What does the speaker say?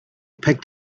picked